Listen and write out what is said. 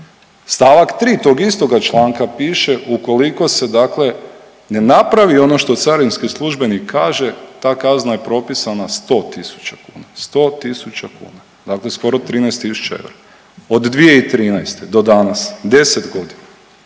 Stavak 3. tog istoga članka piše ukoliko se dakle ne napravi ono što carinski službenik kaže ta kazna je propisana 100.000 kuna, 100.000 kuna. Dakle, skoro 13.000 eura. Od 2013. do danas 10 godina.